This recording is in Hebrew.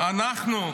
"אנחנו,